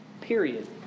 period